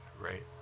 right